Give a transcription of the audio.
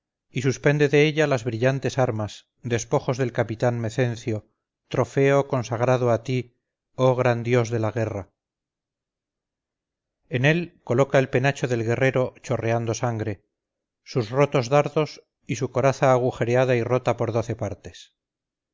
y suspende de ella las brillantes armas despojos del capitán mecencio trofeo consagrado a ti oh gran dios de la guerra en él coloca el penacho del guerrero chorreando sangre sus rotos dardos y su coraza agujereada y rota por doce partes